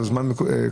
הוא זמן קצר,